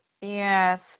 yes